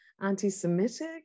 anti-Semitic